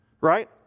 Right